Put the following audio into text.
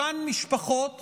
אותן משפחות